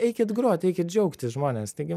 eikit grot eikit džiaugtis žmonės taigi